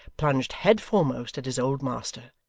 plunged head foremost at his old master,